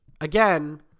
Again